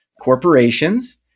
corporations